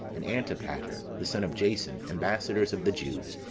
and antipater, the son of jason, ambassadors of the jews,